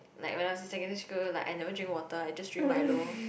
like when I was in secondary school like I never drink water I just drink milo